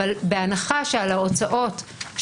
אבל בהנחה שלא נאמר איך ייגבו את ההוצאות